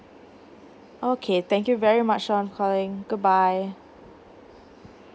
okay thank you very much for calling good bye